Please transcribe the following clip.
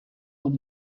con